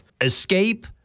escape